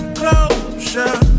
closure